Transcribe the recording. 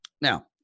Now